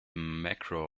macro